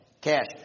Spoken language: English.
Cash